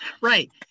right